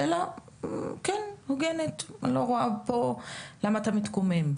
שאלה הוגנת, אני לא רואה פה למה אתה מתקומם.